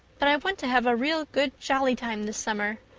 but i want to have a real good jolly time this summer,